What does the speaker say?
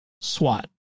SWAT